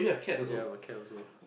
ya but cat also